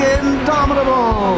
indomitable